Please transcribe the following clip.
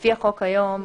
לפי החוק כיום,